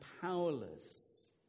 powerless